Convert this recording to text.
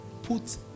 put